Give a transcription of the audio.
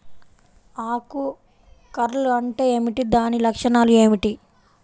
ఆకు కర్ల్ అంటే ఏమిటి? దాని లక్షణాలు ఏమిటి?